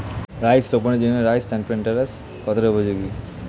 ধান রোপণের জন্য রাইস ট্রান্সপ্লান্টারস্ কতটা উপযোগী?